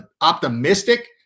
optimistic